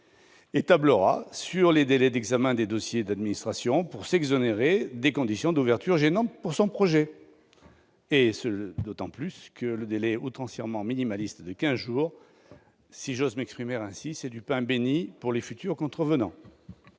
et tablera sur les délais d'examen des dossiers par l'administration pour s'exonérer des conditions d'ouverture gênantes pour son projet, et ce d'autant plus que le délai outrancièrement minimaliste de quinze jours est, si je puis m'exprimer ainsi, du pain béni pour les futurs contrevenants.